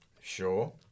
Sure